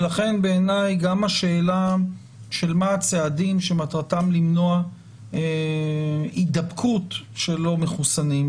לכן בעיניי גם השאלה של מה הצעדים שמטרתם למנוע הידבקות של לא מחוסנים,